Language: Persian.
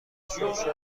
شرشر